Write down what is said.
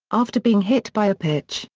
after being hit by a pitch,